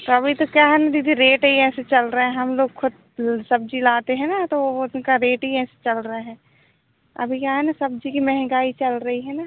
तो अभी तो क्या है ना दीदी रेट ही ऐसे चल रहे हम लोग खुद सब्जी लाते हैं ना तो उनका रेट ही ऐसे चल रहे हैं अभी क्या है ना सब्जी की महंगाई चल रही है ना